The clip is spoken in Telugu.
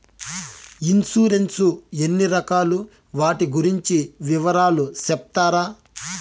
ఇన్సూరెన్సు ఎన్ని రకాలు వాటి గురించి వివరాలు సెప్తారా?